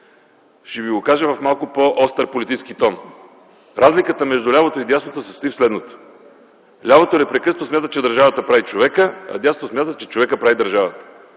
ще Ви го кажа с малко по-остър политически тон. Разликата между лявото и дясното се състои в следното. Лявото непрекъснато смята, че държавата прави човека, а дясното смята, че човекът прави държавата.